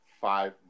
five